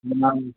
ma'am